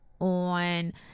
on